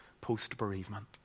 post-bereavement